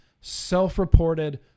self-reported